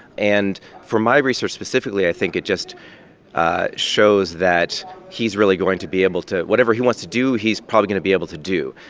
and from my research specifically, i think it just ah shows that he's really going to be able to whatever he wants to do, he's probably going to be able to do.